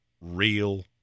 real